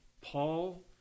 Paul